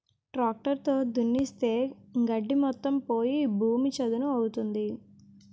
tractor తో దున్నిస్తే గడ్డి మొత్తం పోయి భూమి చదును అవుతుంది